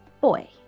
boy